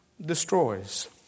destroys